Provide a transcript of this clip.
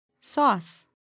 Sauce